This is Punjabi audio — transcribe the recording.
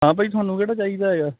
ਹਾਂ ਭਾਈ ਤੁਹਾਨੂੰ ਕਿਹੜਾ ਚਾਹੀਦਾ